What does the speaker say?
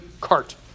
cart